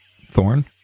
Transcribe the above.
Thorn